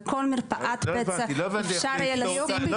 בכל מרפאת פצע אפשר יהיה לשים --- לא